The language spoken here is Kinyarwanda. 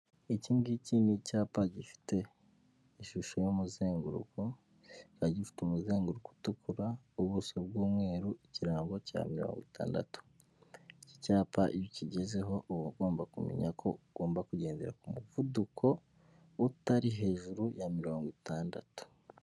Iki ngiki ni icyapa gifite ishusho y'umuzenguruko, kikaba gifite umuzenguruko utukura, ubuso bw'umweru, ikirango cya mirongo itandatu. icyi cyapa iyo ukigezeho uba ugomba kumenya ko ugomba kugendera ku muvuduko, utari hejuru ya mirongo itandatu.